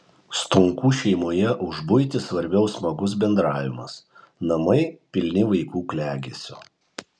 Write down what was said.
stonkų šeimoje už buitį svarbiau smagus bendravimas namai pilni vaikų klegesio